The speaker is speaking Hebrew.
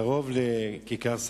קרוב לכיכר ספרא.